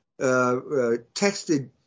texted